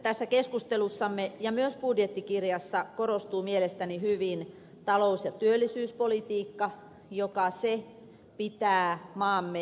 tässä keskustelussamme ja myös budjettikirjassa korostuu mielestäni hyvin talous ja työllisyyspolitiikka joka pitää maamme pinnalla